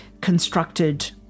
constructed